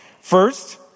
First